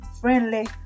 Friendly